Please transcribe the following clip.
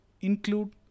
include